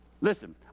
Listen